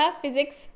physics